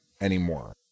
anymore